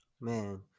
man